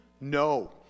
No